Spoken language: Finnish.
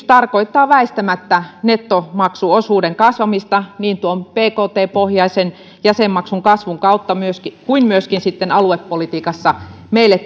tarkoittaa väistämättä nettomaksuosuuden kasvamista niin tuon bkt pohjaisen jäsenmaksun kasvun kautta kuin myöskin sitten aluepolitiikassa meille